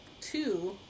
two